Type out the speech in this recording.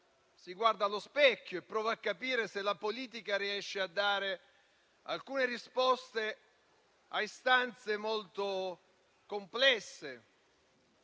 si guarda allo specchio e prova a capire se la politica riesce a dare risposte a istanze molto complesse.